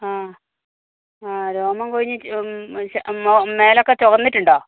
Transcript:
ആ ആ രോമം കൊഴിഞ്ഞ് മേലൊക്കെ ചുവന്നിട്ടുണ്ടോ